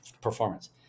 performance